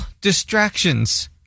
distractions